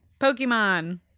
pokemon